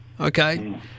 okay